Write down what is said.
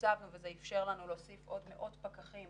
הצגנו וזה איפשר לנו להוסיף עוד מאות פקחים